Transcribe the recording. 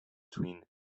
between